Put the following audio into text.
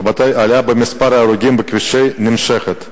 רבותי, העלייה במספר ההרוגים בכבישים נמשכת.